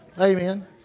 Amen